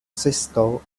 sisko